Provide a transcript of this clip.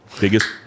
Biggest